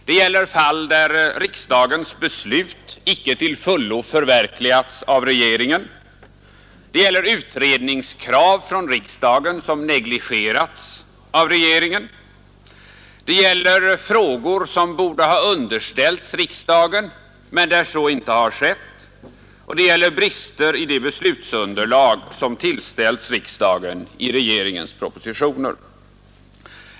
Det gäller fall där riksdagens beslut icke till fullo förverkligats av regeringen, det gäller utredningskrav från riksdagen som negligerats av regeringen, det gäller frågor som borde ha underställts riksdagen men där så inte har skett och det gäller brister i det beslutsunderlag som tillställts riksdagen i regeringens propositioner.